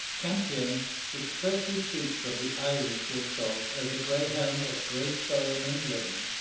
campion expressly speaks of the irish wolf-dog as a greyhound of great bone and limb